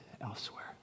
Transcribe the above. elsewhere